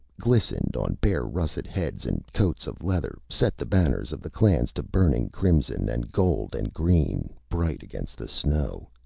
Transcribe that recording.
glistened on bare russet heads and coats of leather, set the banners of the clans to burning, crimson and gold and green, bright against the snow.